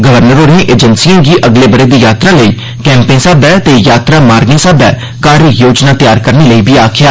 governor होरें एजेंसिए गी अगले ब'रे दी यात्रा लेई कैंप स्हाबै ते यात्रा मार्गे स्हाबै कार्य योजना तैयार करने लेई बी आखेआ